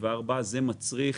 זה מצריך